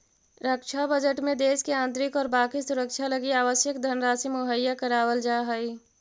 रक्षा बजट में देश के आंतरिक और बाकी सुरक्षा लगी आवश्यक धनराशि मुहैया करावल जा हई